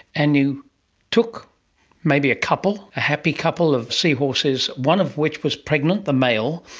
and you took maybe a couple, a happy couple of seahorses, one of which was pregnant, the male,